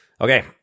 Okay